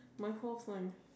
my forth one